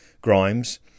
Grimes